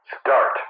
start